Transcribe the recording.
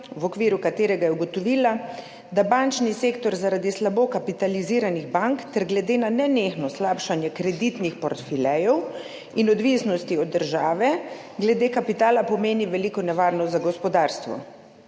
v okviru katerega je ugotovila, da bančni sektor zaradi slabo kapitaliziranih bank ter glede na nenehno slabšanje kreditnih portfeljev in odvisnosti od države glede kapitala pomeni veliko nevarnost za gospodarstvo